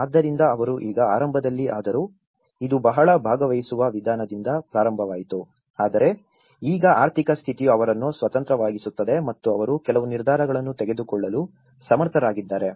ಆದ್ದರಿಂದ ಅವರು ಈಗ ಆರಂಭದಲ್ಲಿ ಆದರೂ ಇದು ಬಹಳ ಭಾಗವಹಿಸುವ ವಿಧಾನದಿಂದ ಪ್ರಾರಂಭವಾಯಿತು ಆದರೆ ಈಗ ಆರ್ಥಿಕ ಸ್ಥಿತಿಯು ಅವರನ್ನು ಸ್ವತಂತ್ರವಾಗಿಸುತ್ತದೆ ಮತ್ತು ಅವರು ಕೆಲವು ನಿರ್ಧಾರಗಳನ್ನು ತೆಗೆದುಕೊಳ್ಳಲು ಸಮರ್ಥರಾಗಿದ್ದಾರೆ